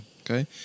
Okay